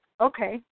okay